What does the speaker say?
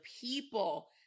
people